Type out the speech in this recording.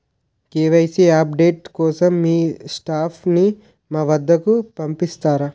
KYC update కోసం మీ staff ని మా వద్దకు పంపిస్తారా?